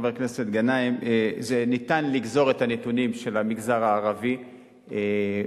חבר הכנסת גנאים אפשר לגזור את הנתונים של המגזר הערבי בדוח,